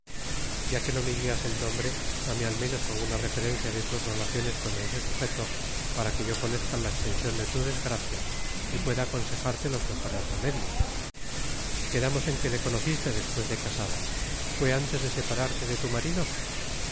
ya que no me digas el nombre dame al menos alguna referencia de tus relaciones con ese sujeto para que yo conozca la extensión de tu desgracia y pueda aconsejarte los mejores remedios quedamos en que le conociste después de casada fue antes de separarte de tu marido